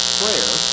prayer